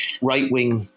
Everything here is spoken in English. right-wing